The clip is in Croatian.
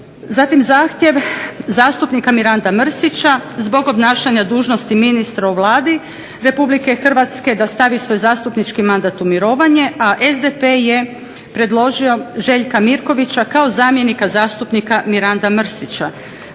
zahtjev zastupnika Miranda Mrsića zbog obnašanja dužnosti ministra u Vladi RH da stavi svoj zastupnički mandat u mirovanje, a SDP je predložio Željka Mirkovića kao zamjenika zastupnika Miranda Mrsića